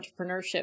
entrepreneurship